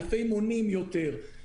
אלפי מונים יותר.